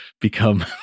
become